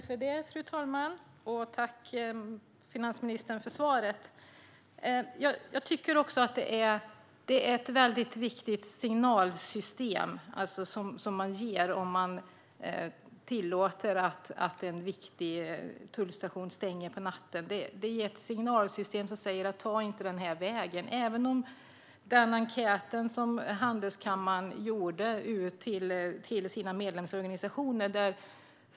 Fru talman! Jag tackar finansministern för svaret. Betydelsefulla signaler ges om man tillåter att en viktig tullstation stänger på natten, det vill säga att inte ta den vägen. Handelskammaren skickade ut en enkät till sina medlemsorganisationer.